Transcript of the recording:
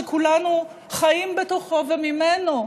שכולנו חיים בתוכו וממנו,